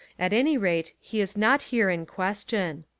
at any rate he is not here in question.